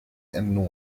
and